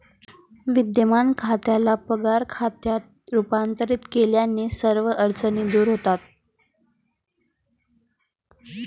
विद्यमान खात्याला पगार खात्यात रूपांतरित केल्याने सर्व अडचणी दूर होतात